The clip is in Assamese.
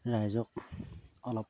ৰাইজক অলপ